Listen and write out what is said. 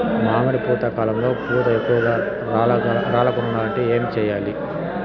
మామిడి పూత కాలంలో పూత ఎక్కువగా రాలకుండా ఉండాలంటే ఏమి చెయ్యాలి?